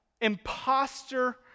imposter